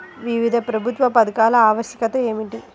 వివిధ ప్రభుత్వ పథకాల ఆవశ్యకత ఏమిటీ?